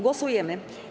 Głosujemy.